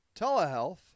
telehealth